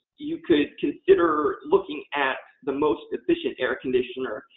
you could consider looking at the most efficient air conditioner.